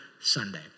Sunday